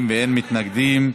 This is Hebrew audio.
זאת דוגמה,